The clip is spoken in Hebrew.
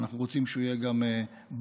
אנחנו רוצים שהוא יהיה גם בריא